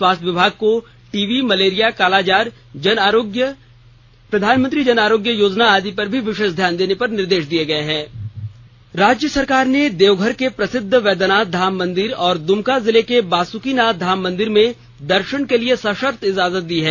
स्वास्थ्य विभाग को टीवी मलेरिया कालाजार जन आरोग्य योजना प्रधानमंत्री जन आरोग्य योजना आदि पर भी विशेष ध्यान देने के निर्देश दिए गए राज्य सरकार ने देवघर के प्रसिद्ध बैधनाथ धाम मंदिर और दुमका जिले के बासुकीनाथ धाम मंदिर में दर्शन के लिए सशर्त इजाजत दी है